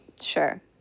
Sure